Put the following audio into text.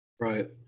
Right